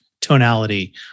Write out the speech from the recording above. tonality